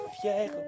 fier